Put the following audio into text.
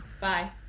Bye